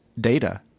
data